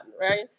right